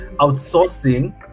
outsourcing